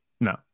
No